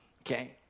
okay